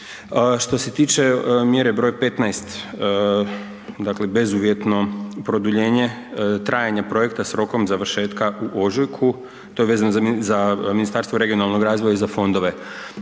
Što se tiče mjere broj 15 dakle bezuvjetno produljenje trajanja projekta s rokom završetka u ožujku, to je vezano za Ministarstvo regionalnoga razvoja i za fondove,